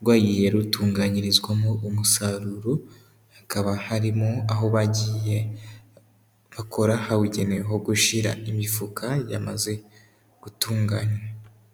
rwagiye rutunganyirizwamo umusaruro, hakaba harimo aho bagiye bakora habugenewe ho gushira imifuka yamaze gutunganywa.